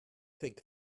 think